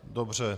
Dobře.